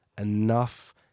enough